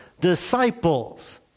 disciples